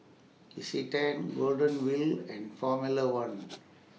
Isetan Golden Wheel and Formula one